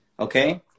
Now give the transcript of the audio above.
Okay